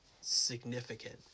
significant